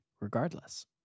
regardless